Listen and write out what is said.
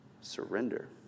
surrender